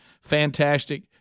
fantastic